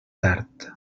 tard